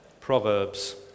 Proverbs